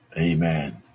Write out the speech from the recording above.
amen